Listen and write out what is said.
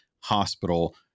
hospital